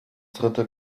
dritte